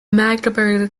magdeburg